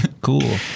Cool